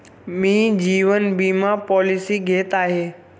मी जीवन विमा पॉलिसी घेत आहे